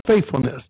faithfulness